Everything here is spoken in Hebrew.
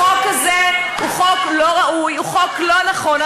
החוק הזה הוא חוק לא ראוי, הוא חוק לא נכון.